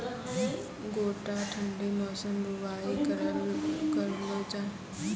गोटा ठंडी मौसम बुवाई करऽ लो जा?